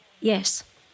Yes